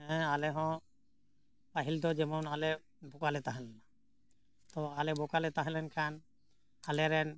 ᱦᱮᱸ ᱟᱞᱮᱦᱚᱸ ᱯᱟᱹᱦᱤᱞ ᱫᱚ ᱡᱮᱢᱚᱱ ᱟᱞᱮ ᱵᱚᱠᱟᱞᱮ ᱛᱟᱦᱮᱸ ᱞᱮᱱᱟ ᱛᱚ ᱟᱞᱮ ᱵᱚᱠᱟᱞᱮ ᱛᱟᱦᱮᱸ ᱞᱮᱱᱠᱷᱟᱱ ᱟᱞᱮᱨᱮᱱ